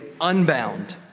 unbound